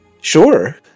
Sure